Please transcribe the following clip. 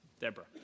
Deborah